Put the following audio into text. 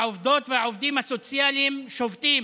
העובדות והעובדים הסוציאליים שובתים,